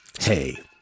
Hey